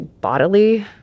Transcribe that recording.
bodily